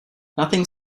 nothing